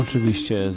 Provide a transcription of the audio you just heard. Oczywiście